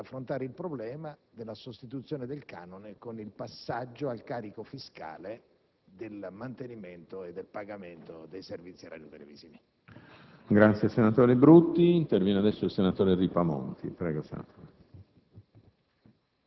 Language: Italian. provi ad affrontare il problema della sostituzione del canone con il passaggio al carico fiscale del mantenimento e del pagamento dei servizi radiotelevisivi.